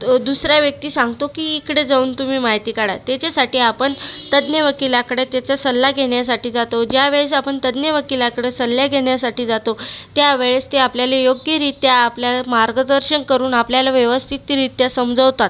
दुसऱ्या व्यक्ती सांगतो की इकडे जाऊन तुम्ही माहिती काढा त्याच्यासाठी आपण तज्ज्ञ वकिलाकडे त्याचा सल्ला घेण्यासाठी जातो ज्यावेळेस आपण तज्ञ वकिलाकडं सल्ला घेण्यासाठी जातो त्यावेळेस ते आपल्याला योग्य रित्या आपलं मार्गदर्शन करून आपल्याला व्यवस्थितरित्या समजवतात